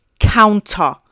counter